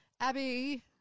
Abby